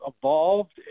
evolved